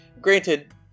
Granted